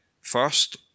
first